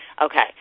Okay